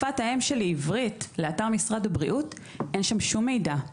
שפת האם שלי, באתר משרד הבריאות אין שום מידע.